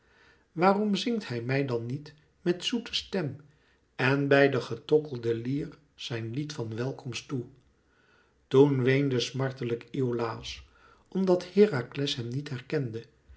waarom zingt hij mij dan niet met zoete stem en bij de getokkelde lier zijn lied van welkomst toe toen weende smartelijk iolàos omdat herakles hem niet herkende